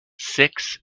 six